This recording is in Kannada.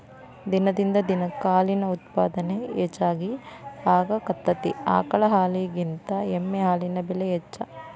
ದಿನದಿಂದ ದಿನಕ್ಕ ಹಾಲಿನ ಉತ್ಪಾದನೆ ಹೆಚಗಿ ಆಗಾಕತ್ತತಿ ಆಕಳ ಹಾಲಿನಕಿಂತ ಎಮ್ಮಿ ಹಾಲಿಗೆ ಬೆಲೆ ಹೆಚ್ಚ